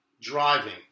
driving